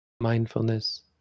mindfulness